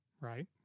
Right